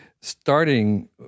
Starting